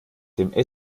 dem